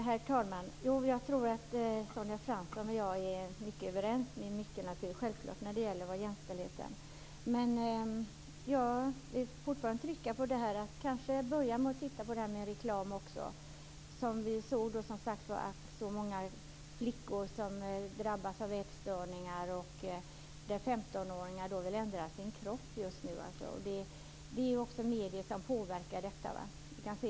Herr talman! Jag tror att Sonja Fransson och jag i mycket är överens när det gäller jämställdheten, men jag vill fortfarande trycka på att man bör börja med att titta på reklamen. Många flickor drabbas av ätstörningar, och vi får just nu veta att många 15 åringar vill ändra på sin kropp. Detta är företeelser som påverkas av medierna.